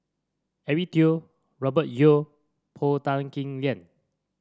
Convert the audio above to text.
Eric Teo Robert Yeo Paul Tan Kim Liang